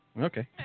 Okay